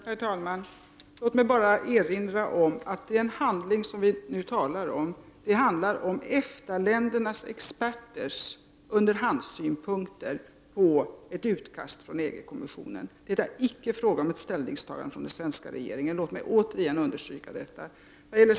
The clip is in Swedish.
Herr talman! Låt mig erinra om att den handling som vi nu diskuterar gäller EFTA-ländernas experters underhandssynpunkter på ett utkast från EG kommissionen. Det är icke fråga om ett ställningstagande från den svenska regeringen. Låt mig återigen understryka detta.